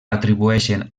atribueixen